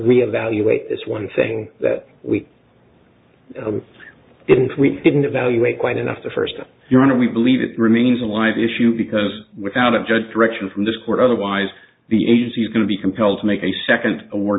reevaluate this one thing that we didn't we didn't evaluate quite enough the first time your honor we believe it remains a live issue because without a judge direction from this court otherwise the agency is going to be compelled to make a second